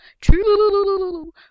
true